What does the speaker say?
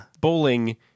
bowling